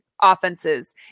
offenses